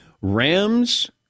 Rams